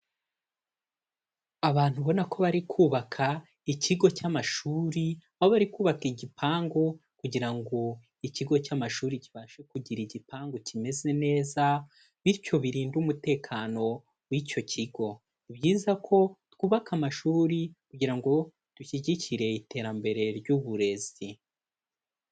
Abantu ubona ko bari kubaka ikigo cy'amashuri, aho bari kubaka igipangu kugira ngo ikigo cy'amashuri kibashe kugira igipangu kimeze neza bityo biririnde umutekano w'icyo kigo, ni byiza ko twubaka amashuri kugira ngo dushyigikire iterambere ry'uburezi.